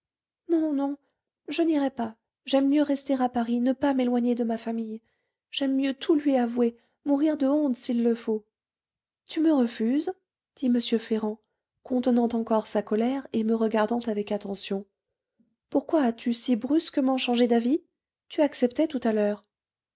non non je n'irai pas j'aime mieux rester à paris ne pas m'éloigner de ma famille j'aime mieux tout lui avouer mourir de honte s'il le faut tu me refuses dit m ferrand contenant encore sa colère et me regardant avec attention pourquoi as-tu si brusquement changé d'avis tu acceptais tout à l'heure